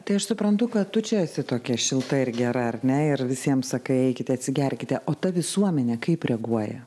tai aš suprantu kad tu čia esi tokia šilta ir gera ar ne ir visiems sakai eikite atsigerkite o ta visuomenė kaip reaguoja